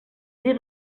dir